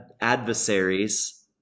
adversaries